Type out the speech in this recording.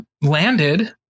landed